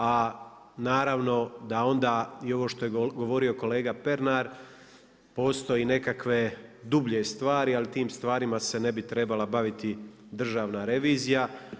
A naravno da onda i ovo što je govorio kolega Pernar postoje nekakve dublje stvari, ali tim stvarima se ne bi trebala baviti Državna revizija.